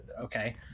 okay